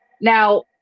Now